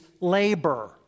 labor